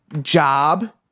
job